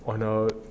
on the